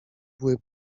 były